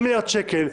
6 מיליארד שקל,